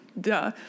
Duh